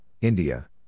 India